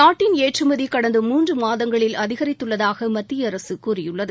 நாட்டின் ஏற்றுமதி கடந்த மூன்று மாதங்களில் அதிகரித்துள்ளதாக மத்திய அரசு கூறியுள்ளது